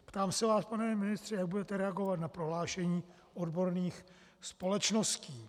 Ptám se vás, pane ministře, jak budete reagovat na prohlášení odborných společností.